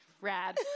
rad